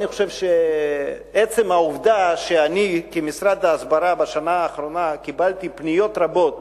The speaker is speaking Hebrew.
אני חושב שעצם העובדה שאני כמשרד ההסברה בשנה האחרונה קיבלתי פניות רבות